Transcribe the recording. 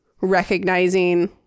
recognizing